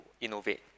innovate